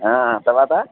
తర్వాత